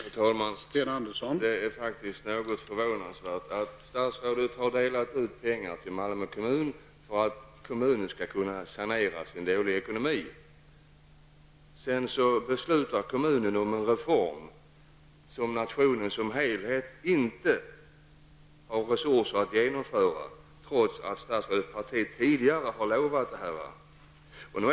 Herr talman! Det är faktiskt förvånansvärt att statsrådet har lämnat ut pengar till Malmö kommun för att den skall kunna sanera sin dåliga ekonomi och att kommunen sedan beslutar om en reform som nationen som helhet inte har resurser att genomföra, trots att statsrådet tidigare har utlovat en sådan.